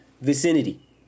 vicinity